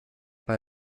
bei